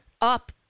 up